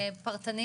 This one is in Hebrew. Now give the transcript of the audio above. פרטני?